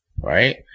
right